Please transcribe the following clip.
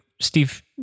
Steve